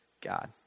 God